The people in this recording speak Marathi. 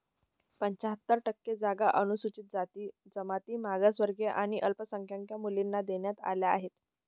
पंच्याहत्तर टक्के जागा अनुसूचित जाती, जमाती, मागासवर्गीय आणि अल्पसंख्याक मुलींना देण्यात आल्या आहेत